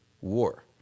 war